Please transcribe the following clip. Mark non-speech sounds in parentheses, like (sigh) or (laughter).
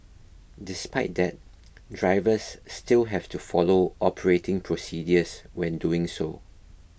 despite that (noise) drivers still have to follow operating procedures when doing so